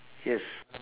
yes